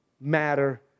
matter